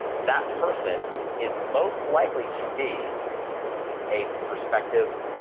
that person is most likely to be a prospective,